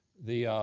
the